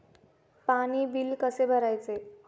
पाणी बिल कसे भरायचे?